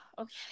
okay